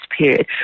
period